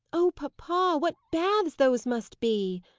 oh, papa! what baths those must be!